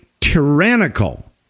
tyrannical